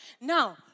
Now